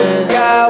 sky